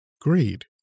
Greed